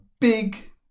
big